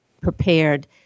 prepared